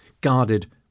guarded